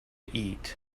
eat